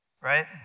right